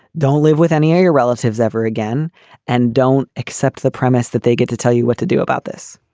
don't live with any of your relatives ever again and don't accept the premise that they get to tell you what to do about this